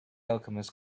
alchemist